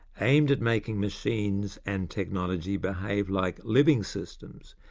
aimed at making machines and technology behave like living systems,